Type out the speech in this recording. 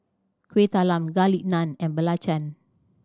Kueh Talam Garlic Naan and belacan